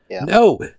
No